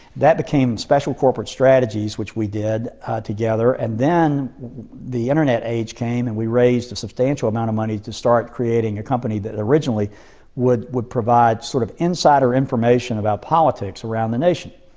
that became special corporate strategies, which we did together. and then the internet age came and we raised a substantial amount of money to start creating a company that originally would would provide sort of insider information about politics around the nation.